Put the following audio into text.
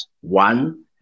One